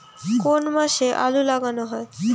কোন মাসে আলু লাগানো হয়?